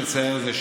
מה שמצער הוא,